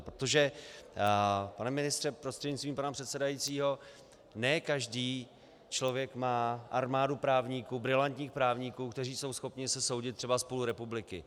Protože, pane ministře prostřednictvím pana předsedajícího, ne každý člověk má armádu právníků, brilantních právníků, kteří jsou schopni se soudit třeba s půl republikou.